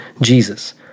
Jesus